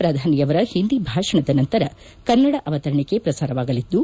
ಪ್ರಧಾನಿ ಅವರ ಹಿಂದಿ ಭಾಷಣದ ನಂತರ ಕನ್ನಡ ಅವತರಣಿಕೆ ಪ್ರಸಾರವಾಗಲಿದ್ದು